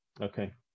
Okay